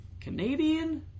Canadian